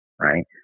right